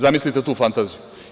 Zamislite tu fantaziju.